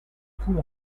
poule